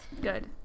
Good